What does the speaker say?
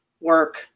work